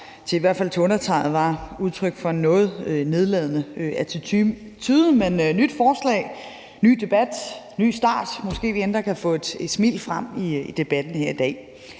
i hvert fald til undertegnede, var udtryk for en noget nedladende attitude – men nyt forslag, ny debat, ny start. Måske kan vi endda få et smil frem i debatten her i dag.